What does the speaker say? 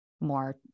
more